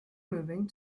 moving